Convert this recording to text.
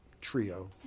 trio